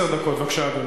אדוני.